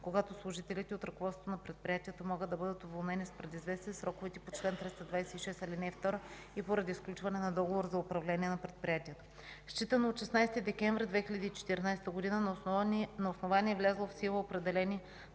когато служителите от ръководството на предприятието могат да бъдат уволнени с предизвестие в сроковете по чл. 226, ал. 2 и поради сключване на договора за управление на предприятието. Считано от 16 декември 2014 г. на основание влязло в сила определение